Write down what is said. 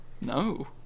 No